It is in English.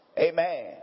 Amen